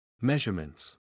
Measurements